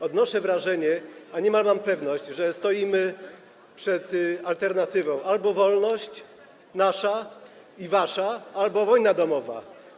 Odnoszę wrażenie, niemal mam pewność, że stoimy przed alternatywą: albo wolność nasza i wasza, albo wojna domowa.